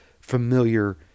familiar